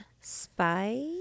spy